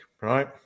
right